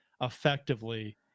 effectively